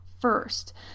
first